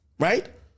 right